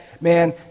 man